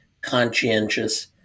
conscientious